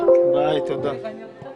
הישיבה